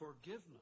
forgiveness